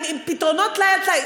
עם פתרונות טלאי על טלאי.